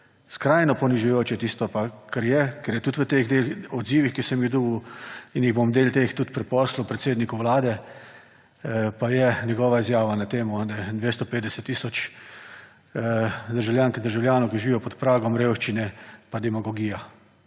Skrajno ponižujoče je tisto, kar je, ker je tudi v teh odzivih, ki sem jih dobil in jih bom del teh tudi preposlal predsedniku Vlade, pa je njegova izjava na temo 250 tisoč državljank in državljanov, ki živijo pod pragom revščine, pa demagogija.